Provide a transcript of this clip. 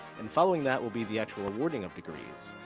and following that will be the actual awarding of degrees.